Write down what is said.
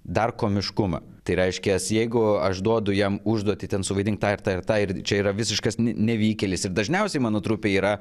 dar komiškumą tai reiškias jeigu aš duodu jam užduotį ten suvaidink tą ir tą ir tą ir čia yra visiškas nevykėlis ir dažniausiai mano trupėj yra